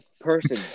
person